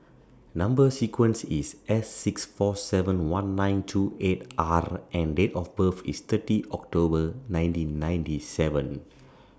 Number sequence IS S six four seven one nine two eight R and Date of birth IS thirty October nineteen ninety seven